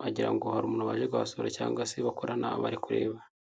wagira ngo hari umuntu waje kubasura cyangwa se bakorana bari kureba.